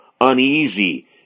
uneasy